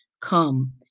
come